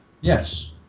Yes